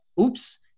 oops